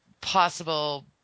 possible